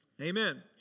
Amen